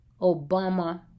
Obama